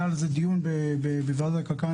היה על זה דיון בוועדת הכלכלה,